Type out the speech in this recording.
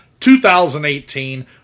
2018